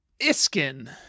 Iskin